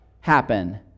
happen